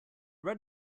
red